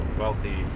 wealthy